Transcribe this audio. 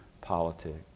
politics